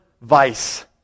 vice